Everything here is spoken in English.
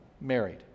married